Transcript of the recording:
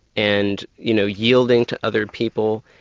and you know yielding to other people,